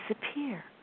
disappear